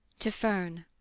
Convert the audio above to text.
to fern.